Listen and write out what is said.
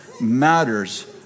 matters